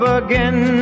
again